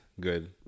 good